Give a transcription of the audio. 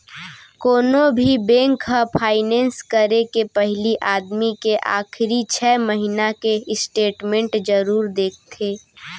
कोनो भी बेंक ह फायनेंस करे के पहिली आदमी के आखरी छै महिना के स्टेट मेंट जरूर देखथे